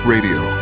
Radio